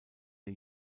der